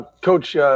Coach